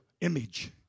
image